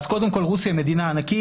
אז קודם כל רוסיה היא מדינה ענקית.